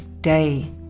day